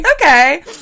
Okay